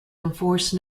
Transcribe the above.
enforce